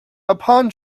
upon